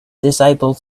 disabled